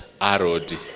R-O-D